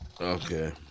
Okay